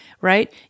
right